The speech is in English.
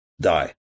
die